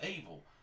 evil